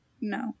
no